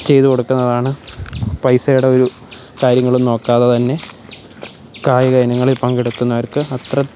ചെയ്തു കൊടുക്കുന്നതാണ് പൈസയുടെ ഒരു കാര്യങ്ങളും നോക്കാതെ തന്നെ കായിക ഇനങ്ങളിൽ പങ്കെടുക്കുന്നവര്ക്ക് അത്ര